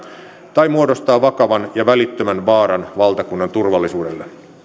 tai muodostaa vakavan ja välittömän vaaran valtakunnan turvallisuudelle